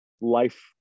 life